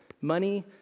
Money